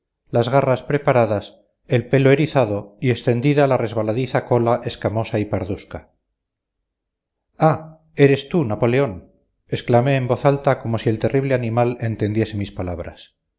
las garras preparadas el pelo erizado y extendida la resbaladiza cola escamosa y pardusca ah eres tú napoleón exclamé en voz alta como si el terrible animal entendiese mis palabras